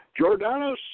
Jordanus